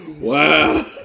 Wow